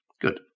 Good